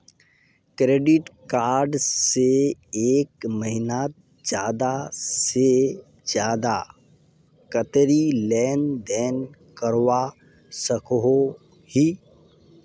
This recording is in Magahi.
क्रेडिट कार्ड से एक महीनात ज्यादा से ज्यादा कतेरी लेन देन करवा सकोहो ही?